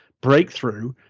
breakthrough